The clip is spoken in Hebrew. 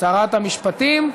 שרת המשפטים?